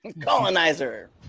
Colonizer